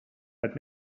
but